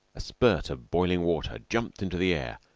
a spurt of boiling water jumped into the air,